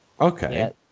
Okay